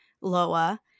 Loa